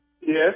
Yes